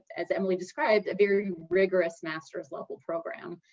as emily described, a very rigorous master's level program.